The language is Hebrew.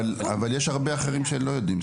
אבל יש הרבה אחרים שלא יודעים.